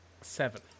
Seven